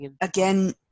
again